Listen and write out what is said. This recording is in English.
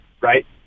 right